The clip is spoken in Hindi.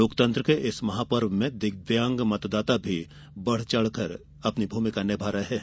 लोकतंत्र के इस महापर्व में दिव्यांग मतदाता भी बढ़ चढ़कर अपनी भूमिका निभा रहे हैं